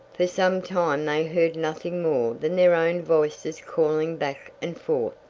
for some time they heard nothing more than their own voices calling back and forth.